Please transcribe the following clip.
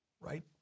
right